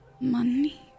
money